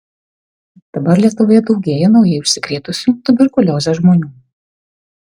dabar lietuvoje daugėja naujai užsikrėtusių tuberkulioze žmonių